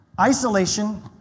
Isolation